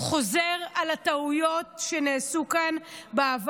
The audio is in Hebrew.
הוא מחזיר אותנו ליום שלפני.